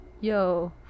Yo